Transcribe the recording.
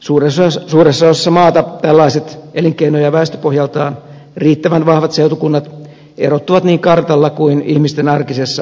suuressa osassa maata tällaiset elinkeino ja väestöpohjaltaan riittävän vahvat seutukunnat erottuvat niin kartalla kuin ihmisten arkisessa asioimisessakin